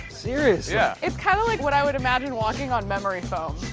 seriously. yeah it's kind of like what i would imagine walking on memory foam.